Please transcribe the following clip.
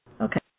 Okay